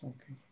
Okay